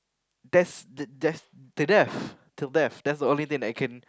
that's the death to death till death that's the only thing that came